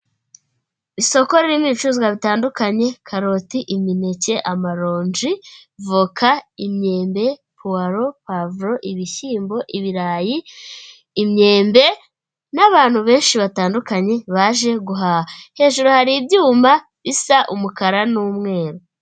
Isoko ririmo ibicuruzwa bitandukanye, karoti, imineke, amaronji, voka, imyembe, puwalo, puwavuro, ibishyimbo, ibirayi, imyembe, n'abantu benshi batandukanye baje guhaha. Hejuru hari ibyuma bisa umukara n'umweru.